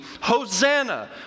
hosanna